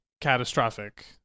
catastrophic